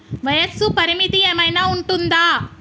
వయస్సు పరిమితి ఏమైనా ఉంటుందా?